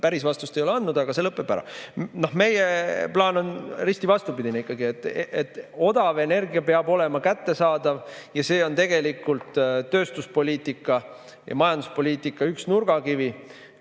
päris vastust ei ole andnud, aga see lõpeb ära. Meie plaan on ikkagi risti vastupidine. Odav energia peab olema kättesaadav. See on tegelikult tööstuspoliitika ja majanduspoliitika üks nurgakivi.